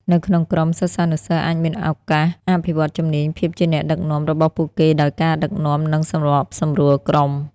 នៅក្នុងក្រុម សិស្សានុសិស្សអាចមានឱកាស អភិវឌ្ឍជំនាញភាពជាអ្នកដឹកនាំ របស់ពួកគេ ដោយការដឹកនាំ និងសម្របសម្រួលក្រុម។